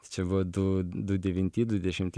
tai čia buvo du du devinti du dešimti